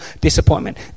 disappointment